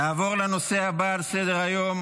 נעבור לנושא הבא על סדר-היום,